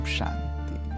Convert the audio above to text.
Shanti